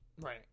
right